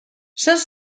since